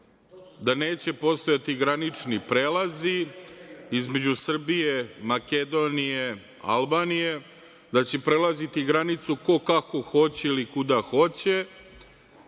da neće postojati granični prelazi između Srbije, Makedonije, Albanije, da će prelaziti granicu ko kako hoće ili kuda hoće,